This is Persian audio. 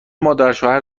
مادرشوهر